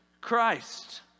Christ